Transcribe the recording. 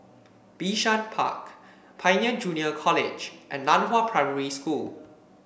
Bishan Park Pioneer Junior College and Nan Hua Primary School